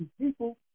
people